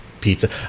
pizza